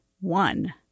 one